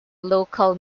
local